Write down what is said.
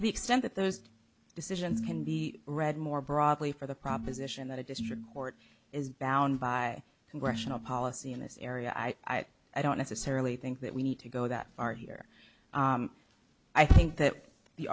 the extent that those decisions can be read more broadly for the proposition that a district court is bound by congressional policy in this area i i don't necessarily think that we need to go that far here i think that the